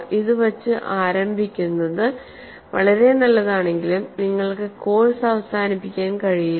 ഇത് വച്ച് ആരംഭിക്കുന്നത് വളരെ നല്ലതാണെങ്കിലും നിങ്ങൾക്ക് കോഴ്സ് അവസാനിപ്പിക്കാൻ കഴിയില്ല